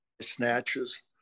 snatches